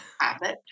habit